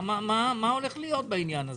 מה הולך להיות בעניין הזה?